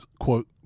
Quote